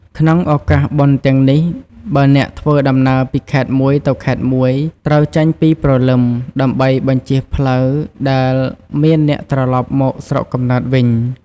ក្នុងឱកាសបុណ្យទាំងនេះ បើអ្នកធ្វើដំណើរពីខេត្តមួយទៅខេត្តមួយ ត្រូវចេញពីព្រលឹម ដើម្បីបញ្ចៀសផ្លូវដែលមានអ្នកត្រឡប់មកស្រុកកំណើតវិញ។